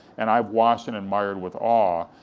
and i've watched and admired with awe,